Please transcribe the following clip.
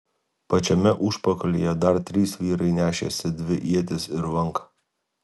pačiame užpakalyje dar trys vyrai nešėsi dvi ietis ir lanką